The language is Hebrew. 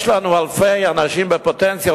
יש לנו אלפי אנשים בפוטנציה,